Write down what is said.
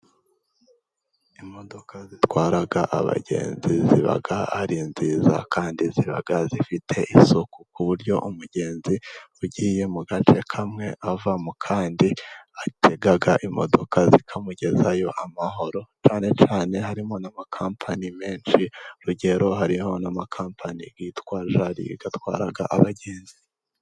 Imodoka zitwara abagenzi ziba ari nziza kandi ziba zifite isuku. Ku buryo umugenzi ugiye mu gace kamwe ava mu kandi, atega imodoka, zikamugezayo amahoro . Cyane cyane harimo n'amakampani menshi, urugero harimo n'amakampani yitwa jari yatwaraga abagenzi.